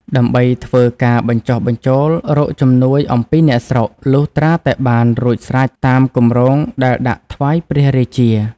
ដើម្បីធ្វើការបញ្ចុះបញ្ចូលរកជំនួយអំពីអ្នកស្រុក លុះត្រាតែបានរួចស្រេចតាមគម្រោងដែលដាក់ថ្វាយព្រះរាជា ។